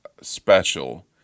special